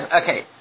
okay